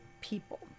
people